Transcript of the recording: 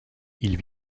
ils